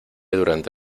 durante